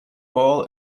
ball